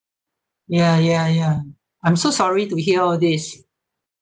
ya ya ya I'm so sorry to hear all this